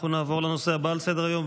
אנחנו נעבור לנושא הבא על סדר-היום,